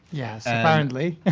yes, apparently.